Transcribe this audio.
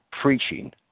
preaching